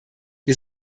wir